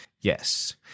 Yes